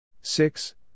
Six